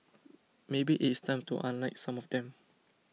maybe it is time to unlike some of them